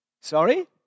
Sorry